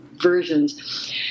versions